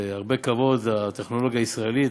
זה הרבה כבוד לטכנולוגיה הישראלית,